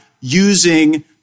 using